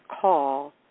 call